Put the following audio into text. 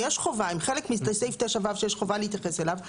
הם חלק מסעיף 9ו שיש חובה להתייחס אליו,